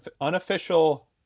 unofficial